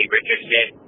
Richardson